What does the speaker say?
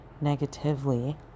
negatively